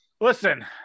Listen